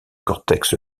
cortex